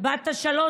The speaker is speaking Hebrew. בת השלוש.